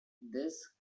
this